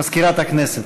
מזכירת הכנסת.